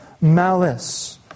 malice